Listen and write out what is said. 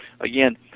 again